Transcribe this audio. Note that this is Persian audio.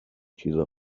چیزا